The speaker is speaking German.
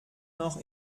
noch